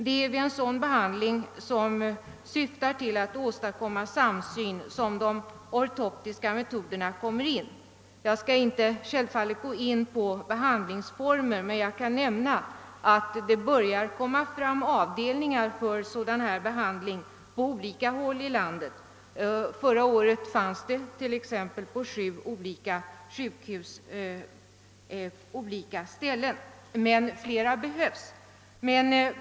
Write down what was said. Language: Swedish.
Det är vid en sådan behandling, som syftar till att åstadkomma samsyn, som de ortoptiska metoderna tillämpas. Jag skall självfallet inte gå in på behandlingsformer, men jag kan nämna att det börjar komma fram avdelningar för sådan behandling på olika håll i landet — förra året fanns sådana på sju olika sjukhus. Men fler behövs.